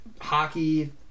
hockey